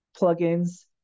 plugins